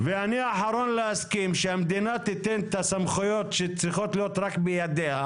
ואני האחרון להסכים שהמדינה תיתן את הסמכויות שצריכות להיות רק בידיה